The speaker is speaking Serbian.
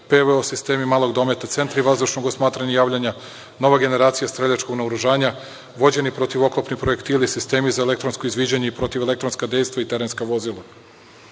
PVO sistemi malog dometa, centri vazdušnog osmatranja i javljanja, nova generacija streljačkog naoružanja, vođeni protivoklopni projektili, sistemi za elektronsko izviđanje i protivelektronska dejstva i terenska vozila.